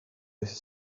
his